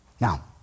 Now